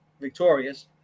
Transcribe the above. victorious